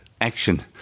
action